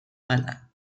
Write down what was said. verlangen